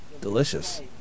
Delicious